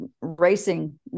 racing